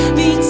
the